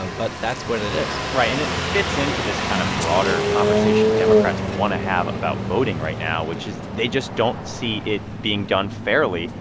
ah but that's what it is right. and it fits into this kind of broader conversation democrats want to have about voting right now, which is they just don't see it being done fairly.